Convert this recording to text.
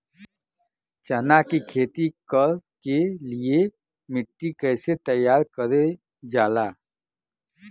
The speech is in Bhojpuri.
चना की खेती कर के लिए मिट्टी कैसे तैयार करें जाला?